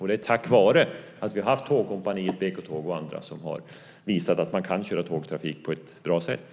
Det är tack vara att vi har haft Tågkompaniet och BK Tåg och andra som har visat att man kan köra tågtrafik på ett bra sätt.